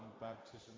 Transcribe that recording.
baptism